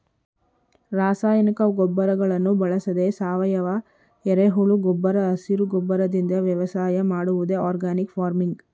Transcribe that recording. ರಾಸಾಯನಿಕ ಗೊಬ್ಬರಗಳನ್ನು ಬಳಸದೆ ಸಾವಯವ, ಎರೆಹುಳು ಗೊಬ್ಬರ ಹಸಿರು ಗೊಬ್ಬರದಿಂದ ವ್ಯವಸಾಯ ಮಾಡುವುದೇ ಆರ್ಗ್ಯಾನಿಕ್ ಫಾರ್ಮಿಂಗ್